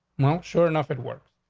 well, sure enough, it works.